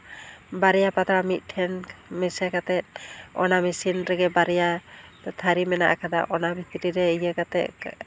ᱵᱟᱨᱭᱟ ᱯᱟᱛᱲᱟ ᱢᱤᱫ ᱴᱷᱮᱱ ᱢᱮᱥᱟ ᱠᱟᱛᱮ ᱚᱱᱟ ᱢᱤᱥᱤᱱ ᱨᱮᱜᱮ ᱵᱟᱨᱭᱟ ᱛᱷᱟᱨᱤ ᱢᱮᱱᱟᱜ ᱟᱠᱟᱫᱟ ᱚᱱᱟ ᱵᱷᱤᱛᱤᱨ ᱨᱮ ᱤᱭᱟᱹ ᱠᱟᱛᱮ